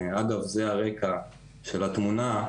אגב, זה הרקע של התמונה,